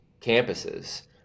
campuses